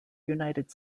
united